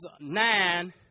nine